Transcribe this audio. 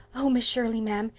oh, miss shirley, ma'am,